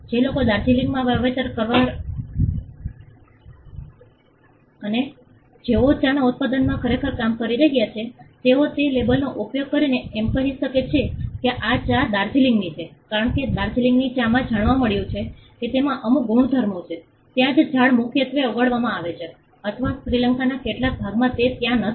જે લોકો દાર્જિલિંગમાં વાવેતર કરી રહ્યા છે અને જેઓ ચાના ઉત્પાદનમાં ખરેખર કામ કરી રહ્યા છે તેઓ તે લેબલનો ઉપયોગ કરીને એમ કહી શકે છે કે આ ચા દાર્જિલિંગની છે કારણ કે દાર્જિલિંગની ચામાં જાણવા મળ્યું છે કે તેમાં અમુક ગુણધર્મો છે ત્યાં જે ઝાડ મુખ્યત્વે ઉગાડવામાં આવે છે અથવા શ્રીલંકાના કેટલાક ભાગમાં તે ત્યાં નથી